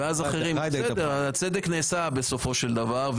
בסדר, הצדק נעשה בסופו של דבר.